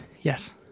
Yes